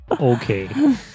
Okay